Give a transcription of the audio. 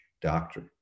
doctor